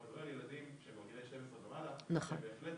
אנחנו מדברים על ילדים שהם בגילאי 12 ומעלה שהם בהחלט